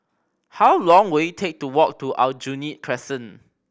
how long will it take to walk to Aljunied Crescent